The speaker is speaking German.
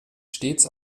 stets